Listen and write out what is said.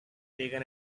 taken